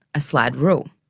a slide rule.